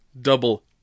Double